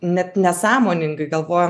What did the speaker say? net nesąmoningai galvoja